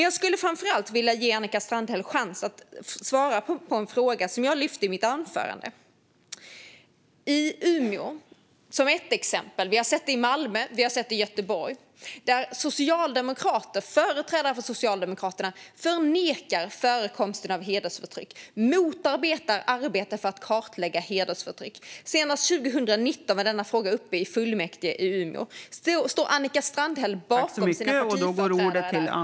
Jag skulle framför allt vilja ge Annika Strandhäll chansen att svara på en fråga som jag tog upp i mitt anförande. Umeå är ett exempel. Andra exempel är Malmö och Göteborg, där företrädare för Socialdemokraterna förnekar förekomsten av hedersförtryck och motarbetar arbetet för att kartlägga hedersförtryck. Senast 2019 var denna fråga uppe i fullmäktige i Umeå. Står Annika Strandhäll bakom sina partiföreträdare där?